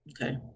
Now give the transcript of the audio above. okay